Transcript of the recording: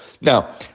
Now